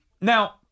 now –